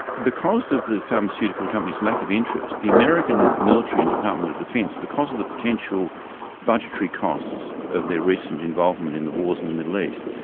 because of the pharmaceutical companies' lack of interest, the american military and department of defense, because of the potential budgetary costs of their recent involvement in the wars in the middle east,